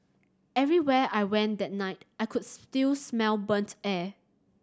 everywhere I went that night I could still smell burnt air